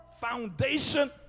foundation